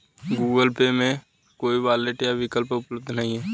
Google Pay में कोई wallet का विकल्प उपलब्ध नहीं है